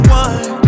one